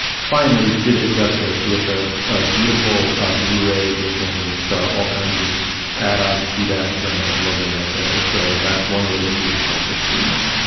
finally did it justice with a ah beautiful ah blu ray edition with all kinds of add ons, doodads and a lovely essay. so that's one way to see it. it's also streaming.